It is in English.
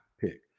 pick